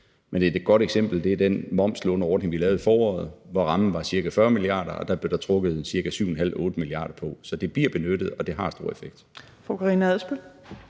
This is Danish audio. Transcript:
Men et godt eksempel er den momslåneordning, vi lavede i foråret, hvor rammen var ca. 40 mia. kr., og den blev der trukket ca. 7,5-8 mia. kr. på. Så det bliver benyttet, og det har stor effekt.